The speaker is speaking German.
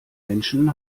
menschen